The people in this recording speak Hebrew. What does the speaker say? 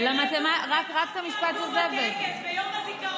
הם, יעמדו בטקס ביום הזיכרון,